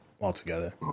Altogether